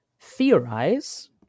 theorize